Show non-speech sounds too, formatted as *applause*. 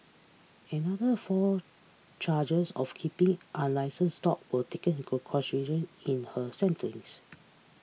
another four charges of keeping unlicens dog were taken into *unintelligible* in her sentencing